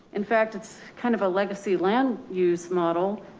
in fact, it's kind of a legacy land use model,